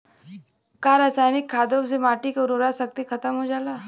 का रसायनिक खादों से माटी क उर्वरा शक्ति खतम हो जाला?